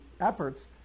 efforts